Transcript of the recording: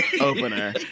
opener